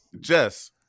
Jess